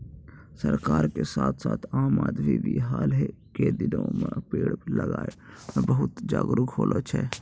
सरकार के साथ साथ आम आदमी भी हाल के दिनों मॅ पेड़ लगाय मॅ बहुत जागरूक होलो छै